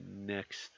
next